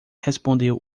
respondeu